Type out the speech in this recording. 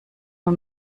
nur